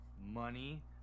money